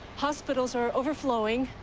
hospitals are ovflowing.